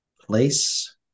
place